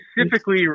specifically